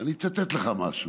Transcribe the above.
אני אצטט לך משהו,